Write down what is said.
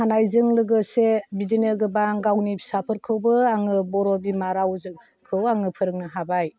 खानायजों लोगोसे बिदिनो गोबां गावनि फिसाफोरखौबो आङो बर' बिमा रावजोंखौ आङो फोरोंनो हाबाय